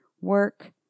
work